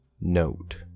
Note